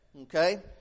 okay